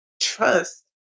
trust